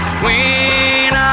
queen